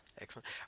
Excellent